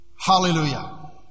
Hallelujah